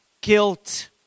guilt